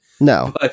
No